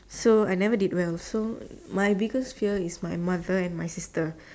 so I never did well so my biggest fear is my mother and sister